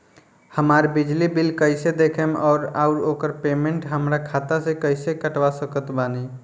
हमार बिजली बिल कईसे देखेमऔर आउर ओकर पेमेंट हमरा खाता से कईसे कटवा सकत बानी?